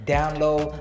Download